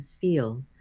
feel